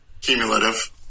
cumulative